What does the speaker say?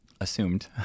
Assumed